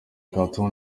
cartoon